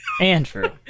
Andrew